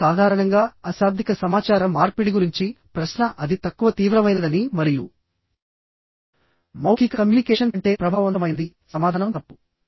ఇప్పుడు సాధారణంగా అశాబ్దిక సమాచార మార్పిడి గురించి ప్రశ్న అది తక్కువ తీవ్రమైనదని మరియు మౌఖిక కమ్యూనికేషన్ కంటే ప్రభావవంతమైనది సమాధానం తప్పు